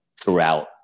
Throughout